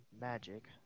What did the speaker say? magic